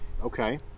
Okay